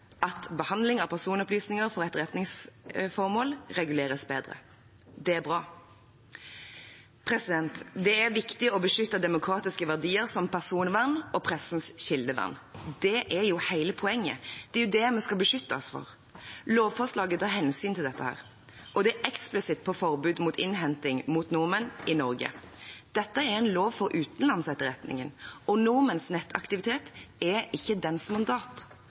at behandling av personopplysninger for etterretningsformål reguleres bedre. Det er bra. Det er viktig å beskytte demokratiske verdier som personvern og pressens kildevern. Det er jo hele poenget. Det er det vi skal beskytte oss for. Lovforslaget tar hensyn til dette her, og det er eksplisitt på forbud mot innhenting mot nordmenn i Norge. Dette er en lov for utenlandsetterretningen, og nordmenns nettaktivitet er ikke dens mandat.